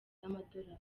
z’amadolari